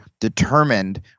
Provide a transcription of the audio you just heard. determined